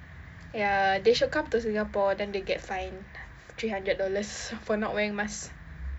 ya they should come to singapore then they get fined three hundred dollars for not wearing mask